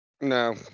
No